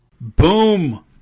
Boom